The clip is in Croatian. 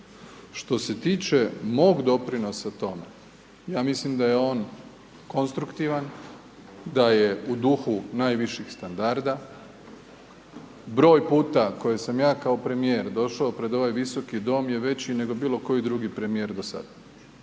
što se tiče mog doprinosa tome, ja mislim da je on konstruktivan, da je u duhu najviših standarda, broj puta koje sam ja kao premjer došao pred ovaj visoki dok je veći nego bilo koji drugi premjer do sada.